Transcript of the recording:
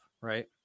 right